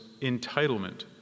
Entitlement